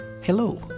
Hello